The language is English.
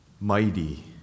mighty